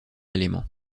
élément